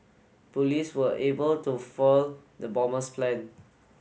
police were able to foil the bomber's plan